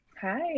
Hi